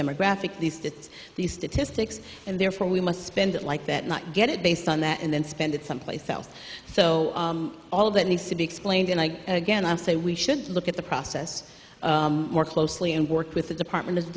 demographic these states these statistics and therefore we must spend it like that not get it based on that and then spend it someplace else so all of that needs to be explained and i again i say we should look at the process more closely and work with the department